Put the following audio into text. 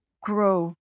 grow